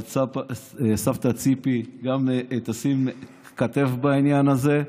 אבל סבתא ציפי גם תשים כתף בעניין הזה.